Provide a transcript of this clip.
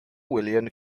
william